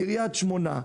קריית שמונה,